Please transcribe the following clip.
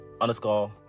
underscore